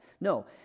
No